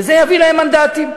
וזה יביא להם מנדטים.